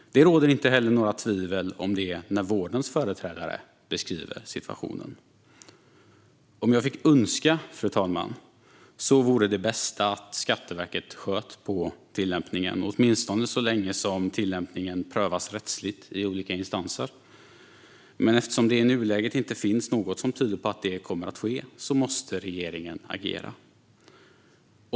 Det råder inte heller några tvivel om det när vårdens företrädare beskriver situationen. Om jag fick önska vore det bästa att Skatteverket sköt på tillämpningen, åtminstone så länge tillämpningen prövas rättsligt i olika instanser. Men eftersom det i nuläget inte finns något som tyder på att det kommer att ske måste regeringen agera.